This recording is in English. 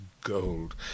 gold